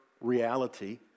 reality